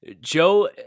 Joe